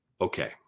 Okay